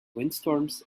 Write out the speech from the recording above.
windstorms